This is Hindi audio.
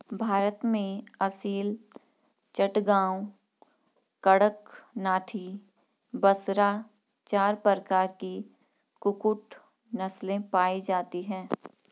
भारत में असील, चटगांव, कड़कनाथी, बसरा चार प्रकार की कुक्कुट नस्लें पाई जाती हैं